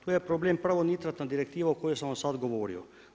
Tu je problem prvo nitratna direktivna o kojoj sam vam sad govorio.